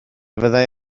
fyddai